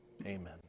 Amen